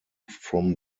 from